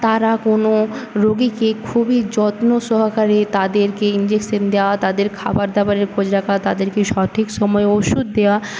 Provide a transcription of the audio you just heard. তারা কোনো রোগীকে খুবই যত্ন সহকারে তাদেরকে ইঞ্জেকশান দেওয়া তাদের খাবার দাবারের খোঁজ রাখা তাদেরকে সঠিক সময়ে ওষুধ দেওয়া